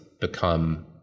become